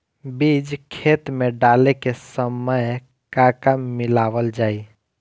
बीज खेत मे डाले के सामय का का मिलावल जाई?